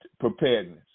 preparedness